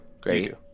great